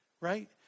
right